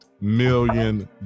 million